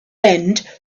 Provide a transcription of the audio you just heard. end